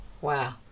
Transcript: wow